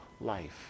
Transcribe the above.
life